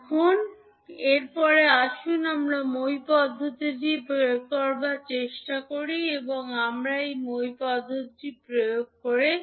এখন এর পরে আসুন আমরা মই পদ্ধতি প্রয়োগ করার চেষ্টা করি এবং আমরা যখন মই পদ্ধতিটি প্রয়োগ করি